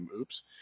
oops